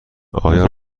آیا